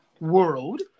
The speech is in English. world